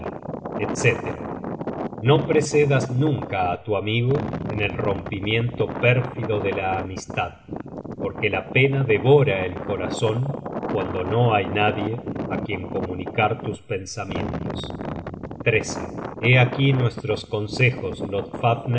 etc no precedas nunca á tu amigo en el rompimiento pérfido de la amistad porque la pena devora el corazon cuando no hay nadie á quien comunicar sus pensamientos hé aquí nuestros consejos